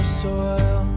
soil